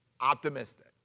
optimistic